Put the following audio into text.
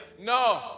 no